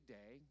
day